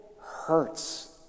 hurts